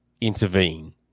intervene